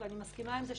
ואני מסכימה עם זה,